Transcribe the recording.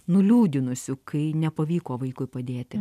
nuliūdinusiu kai nepavyko vaikui padėti